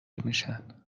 میشن